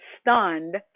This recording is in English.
stunned